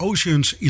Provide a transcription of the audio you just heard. Oceans